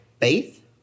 faith